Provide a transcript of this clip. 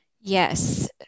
yes